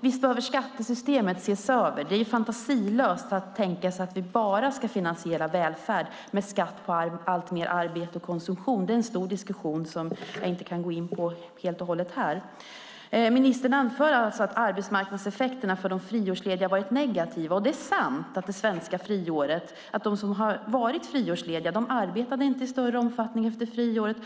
Visst behöver skattesystemet ses över. Det är fantasilöst att tänka sig att vi bara ska finansiera välfärden med skatt på alltmer arbete och konsumtion. Det är en stor diskussion som jag inte kan gå in på helt och hållet här. Ministern anför alltså att arbetsmarknadseffekterna för de friårslediga varit negativa, och det är sant att de som varit friårslediga i Sverige inte arbetade i större omfattning efter friåret.